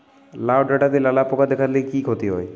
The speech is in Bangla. লাউ ডাটাতে লালা পোকা দেখালে কি ক্ষতি হয়?